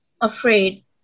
afraid